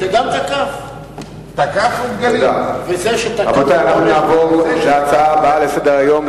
אנחנו נעבור להצעה הבאה שעל סדר-היום,